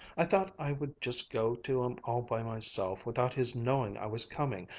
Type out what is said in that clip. i thought i would just go to him all by myself, without his knowing i was coming.